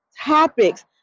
topics